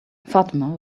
fatima